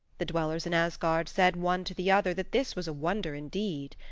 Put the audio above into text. the dwellers in asgard said one to the other that this was a wonder indeed.